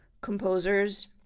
composers